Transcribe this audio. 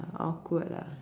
awkward ah